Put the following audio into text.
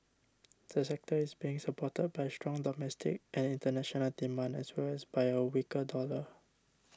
the sector is being supported by strong domestic and international demand as well as by a weaker dollar